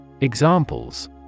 Examples